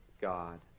God